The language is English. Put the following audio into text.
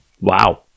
Wow